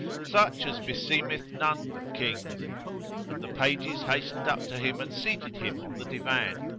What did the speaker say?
such as be seemeth none but kings and the pages hastened up to him and seated him on the divan.